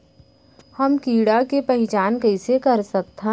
हम कीड़ा के पहिचान कईसे कर सकथन